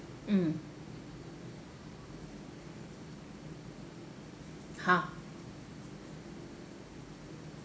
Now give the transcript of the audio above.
mm !huh!